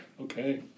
Okay